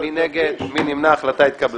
הצבעה בעד, 4 נגד, אין נמנעים, אין ההחלטה התקבלה.